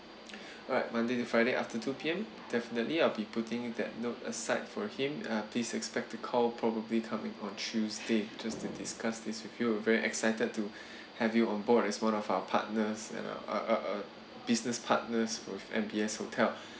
alright monday to friday after two P_M definitely I'll be putting that note aside for him uh please expect to call probably coming on tuesday just to discuss this with you we're very excited to have you on board as one of our partners and uh uh uh business partners with M_B_S hotel